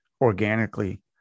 organically